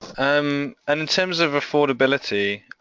and um and in terms of affordability,